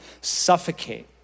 suffocate